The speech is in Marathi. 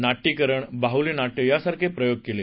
नाटयीकरण बाहली नाट्य यासारखे प्रयोग केले